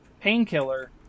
Painkiller